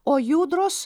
o judros